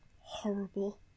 horrible